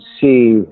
see